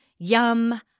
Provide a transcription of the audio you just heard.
Yum